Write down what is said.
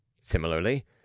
Similarly